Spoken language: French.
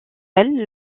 elle